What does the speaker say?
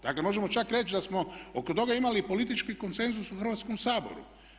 Dakle možemo čak reći da smo oko toga imali i politički konsenzus u Hrvatskom saboru.